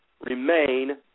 remain